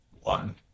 one